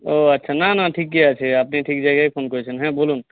ও আচ্ছা না না ঠিকই আছে আপনি ঠিক জায়গায় ফোন করেছেন হ্যাঁ বলুন